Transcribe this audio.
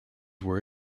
were